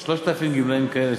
אתה מדבר על 3,000 גמלאים כאלה,